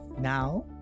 Now